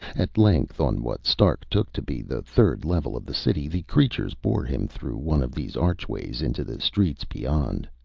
at length, on what stark took to be the third level of the city, the creatures bore him through one of these archways, into the streets beyond.